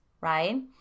right